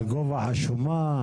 על גובה השומה,